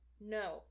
no